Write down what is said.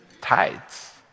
tides